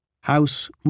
House